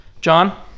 John